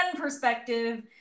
perspective